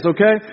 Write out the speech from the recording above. Okay